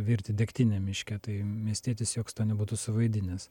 virti degtinę miške tai miestietis joks to nebūtų suvaidinęs